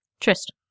Trist